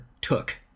took